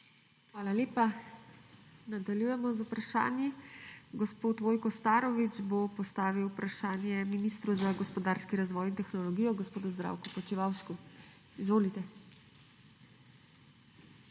Hvala lepa. Nadaljujemo z vprašanji. Gospod Vojko Starović bo postavil vprašanje ministru za gospodarski razvoj in tehnologijo gospodu Zdravku Počivalšku. Izvolite.